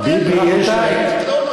ביבי יש לו,